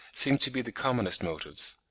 seem to be the commonest motives.